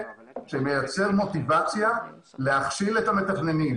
שמייצרת מוטיבציה להכשיל את המתכננים,